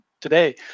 today